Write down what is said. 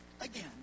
again